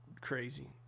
crazy